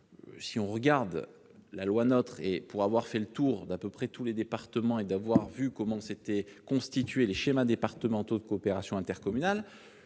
la notion de proximité. Pour avoir fait le tour d'à peu près tous les départements et pour avoir vu comment s'étaient constitués les schémas départementaux de coopération intercommunale,